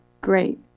Great